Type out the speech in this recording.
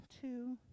two